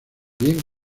bien